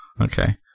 Okay